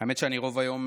האמת היא שאני רוב היום